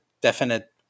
definite